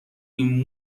این